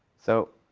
so,